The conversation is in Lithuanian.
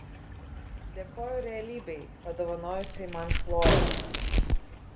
dėkoju realybei padovanojusiai man chloję